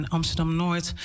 Amsterdam-Noord